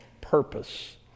purpose